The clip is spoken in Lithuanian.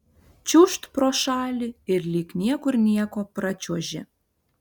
čiūžt pro šalį ir lyg niekur nieko pračiuoži